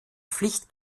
pflicht